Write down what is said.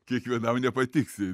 kiekvienam nepatiksi